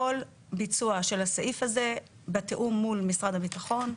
כל ביצוע של הסעיף הזה בתיאום מול משרד הביטחון,